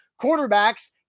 quarterbacks